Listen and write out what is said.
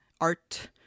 art